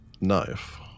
knife